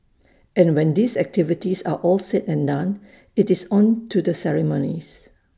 and when these activities are all said and done IT is on to the ceremonies